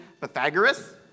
Pythagoras